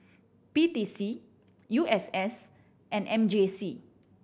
P T C U S S and M J C